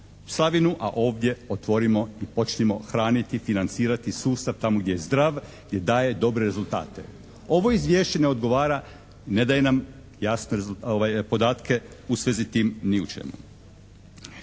slavinu a ovdje otvorimo i počnimo hraniti, financirati sustav tamo gdje je zdrav, gdje daje dobre rezultate. Ovo izvješće ne odgovara, ne daje nam podatke u svezi tim ni čemu.